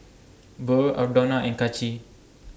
Burr Aldona and Kaci